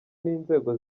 n’inzego